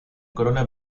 corona